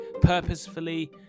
Purposefully